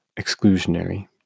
exclusionary